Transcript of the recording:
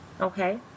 Okay